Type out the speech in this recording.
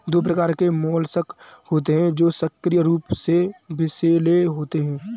दो प्रकार के मोलस्क होते हैं जो सक्रिय रूप से विषैले होते हैं